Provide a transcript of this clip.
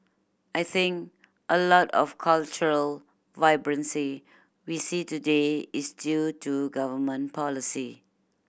I think a lot of cultural vibrancy we see today is due to government policy